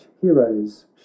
heroes